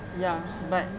ya but